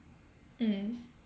mm